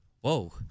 Whoa